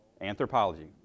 Anthropology